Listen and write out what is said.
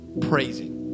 praising